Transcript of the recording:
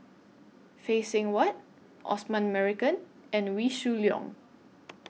Phay Seng Whatt Osman Merican and Wee Shoo Leong